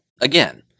again